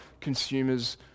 consumers